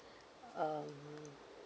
um